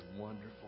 wonderful